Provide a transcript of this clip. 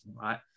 right